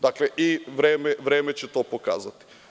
Dakle, i vreme će to pokazati.